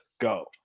go